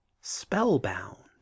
spellbound